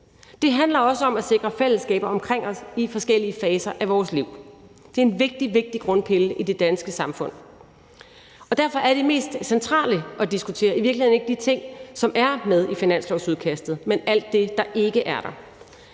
Det handler også om at sikre fællesskaber omkring os i forskellige faser af vores liv. Det er en vigtig, vigtig grundpille i det danske samfund. Derfor er det mest centrale at diskutere i virkeligheden ikke de ting, som er med i finanslovsudkastet, men alt det, der ikke er der.